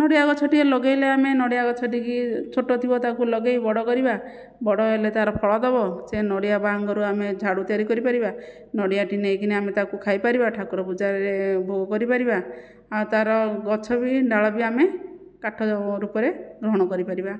ନଡ଼ିଆ ଗଛଟିଏ ଲଗାଇଲେ ଆମେ ନଡ଼ିଆ ଗଛଟିକି ଛୋଟ ଥିବ ତାକୁ ଲଗାଇ ବଡ଼ କରିବା ବଡ଼ ହେଲେ ତାର ଫଳ ଦେବ ସେ ନଡ଼ିଆ ବାହୁଙ୍ଗାରୁ ଆମେ ଝାଡ଼ୁ ତିଆରି କରିପାରିବା ନଡ଼ିଆଟି ନେଇକିନା ଆମେ ତାକୁ ଖାଇପାରିବା ଠାକୁର ପୂଜାରେ ଭୋଗ କରିପାରିବା ଆଉ ତାର ଗଛ ବି ଡାଳ ବି ଆମେ କାଠ ରୂପରେ ଗ୍ରହଣ କରିପାରିବା